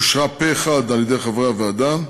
אושרה פה-אחד על-ידי חברי הוועדה.